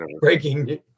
Breaking